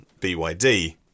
BYD